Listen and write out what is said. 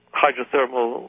hydrothermal